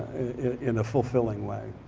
in a fulfilling way.